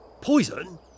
Poison